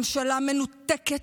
ממשלה מנותקת,